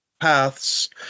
paths